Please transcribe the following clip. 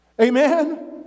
Amen